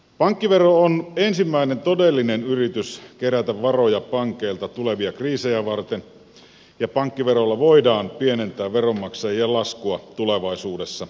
pankkivero on ensimmäinen todellinen yritys kerätä varoja pankeilta tulevia kriisejä varten ja pankkiverolla voidaan pienentää veronmaksa jien laskua tulevaisuudessa